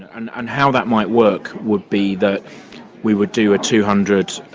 and and how that might work would be that we would do a two hundred